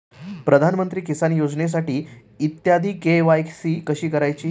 प्रधानमंत्री किसान योजनेसाठी इ के.वाय.सी कशी करायची?